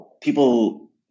people